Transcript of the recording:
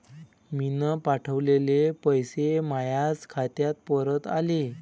मीन पावठवलेले पैसे मायाच खात्यात परत आले